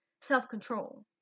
self-control